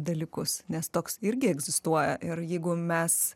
dalykus nes toks irgi egzistuoja ir jeigu mes